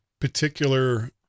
particular